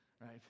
right